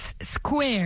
square